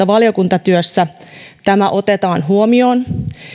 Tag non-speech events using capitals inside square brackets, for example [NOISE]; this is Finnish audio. [UNINTELLIGIBLE] valiokuntatyössä tämä otetaan huomioon